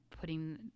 putting